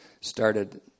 started